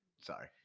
Sorry